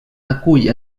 acull